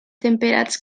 temperats